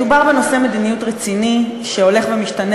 מדובר בנושא מדיניות רציני שהולך ומשתנה